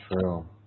True